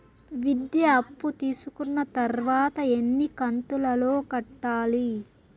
విద్య అప్పు తీసుకున్న తర్వాత ఎన్ని కంతుల లో కట్టాలి?